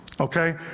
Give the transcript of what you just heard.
Okay